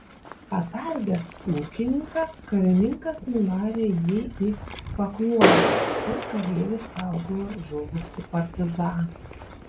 patardęs ūkininką karininkas nuvarė jį į pakluonę kur kareivis saugojo žuvusį partizaną